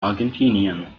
argentinien